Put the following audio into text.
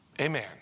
Amen